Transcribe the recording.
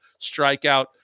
strikeout